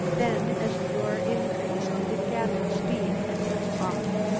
then as the roar increased, it gathered speed and was off.